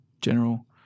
general